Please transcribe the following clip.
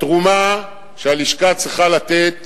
התרומה שהלשכה צריכה לתת